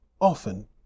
often